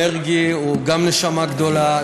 מרגי הוא גם נשמה גדולה,